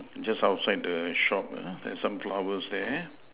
just outside the shop uh there's some flowers there